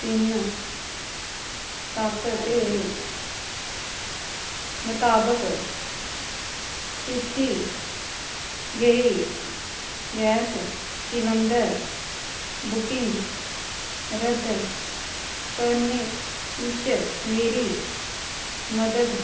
तिन सत्त दे मताबक कीती गेई कीती गेई गैस सिलैंडर बुकिंग रद्द करने च मेरी मदद